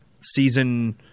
season